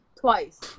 twice